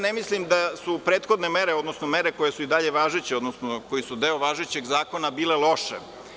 Ne mislim da su prethodne mere, odnosno mere koje su i dalje važeće, koje su deo važećeg zakona, bile loše.